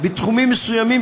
בתחומים מסוימים,